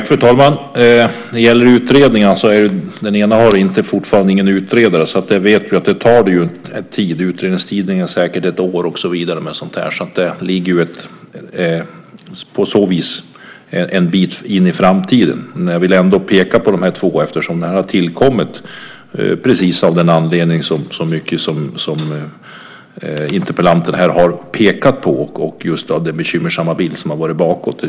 Fru talman! När det gäller utredningarna så har den ena fortfarande ingen utredare. Vi vet att det tar tid. Utredningstiden är säkert ett år och så vidare. Det ligger alltså en bit in i framtiden. Jag vill ändå peka på de här två eftersom de har tillkommit precis av den anledning som interpellanten här har pekat på. Det beror på den bekymmersamma bild som har varit bakåt i tiden.